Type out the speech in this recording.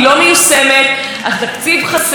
פשלה אחת של ראש ממשלה,